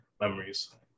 memories